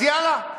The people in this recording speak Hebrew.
אז יאללה,